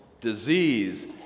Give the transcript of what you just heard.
disease